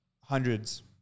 Hundreds